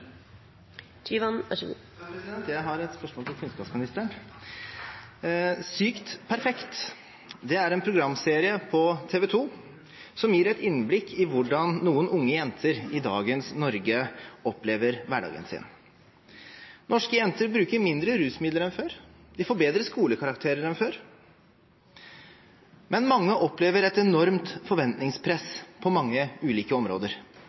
Jeg har et spørsmål til kunnskapsministeren. «Sykt perfekt» er en programserie på TV 2 som gir et innblikk i hvordan noen unge jenter i dagens Norge opplever hverdagen sin. Norske jenter bruker mindre rusmidler enn før, de får bedre skolekarakterer enn før, men mange opplever et enormt forventningspress på mange ulike områder,